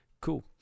Cool